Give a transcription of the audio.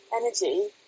energy